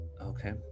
Okay